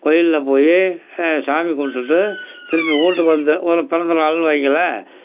கோயிலில் போய் சாமி கும்பிட்டுட்டு திரும்பி வீட்டுக்கு வந்து ஒரு பிறந்த நாள்னு வைங்களேன்